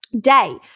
day